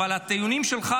הטיעונים שלך,